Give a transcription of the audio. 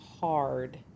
hard